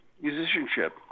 Musicianship